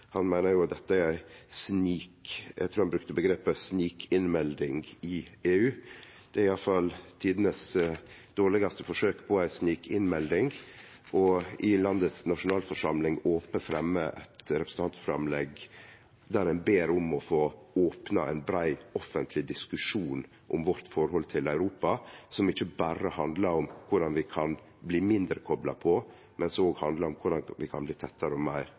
dette er snikinnmelding – eg trur han brukte det omgrepet – i EU. Det er i alle fall tidenes dårlegaste forsøk på ei snikinnmelding opent å fremje eit representantforslag i landets nasjonalforsamling der ein ber om å få opna ein brei offentleg diskusjon om vårt forhold til Europa som ikkje berre handlar om korleis vi kan bli mindre kopla på, men òg om korleis vi kan bli tettare og meir